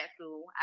school